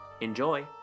Enjoy